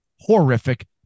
horrific